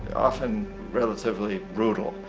often relatively brutal.